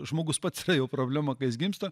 žmogus pats yra jau problema kai jis gimsta